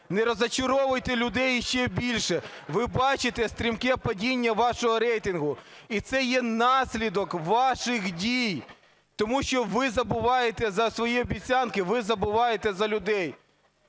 Не розчаровуйте людей іще більше. Ви бачите стрімке падіння вашого рейтингу, і це є наслідок ваших дій, тому що ви забуваєте за свої обіцянки, ви забуваєте за людей.